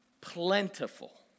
plentiful